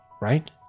Right